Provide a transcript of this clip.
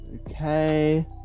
okay